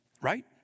Right